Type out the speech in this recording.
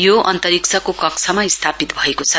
यो अन्तर्रिक्षको कक्षमा स्थापित भएको छ